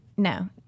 No